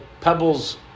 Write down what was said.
pebbles